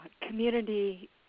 Community